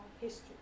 history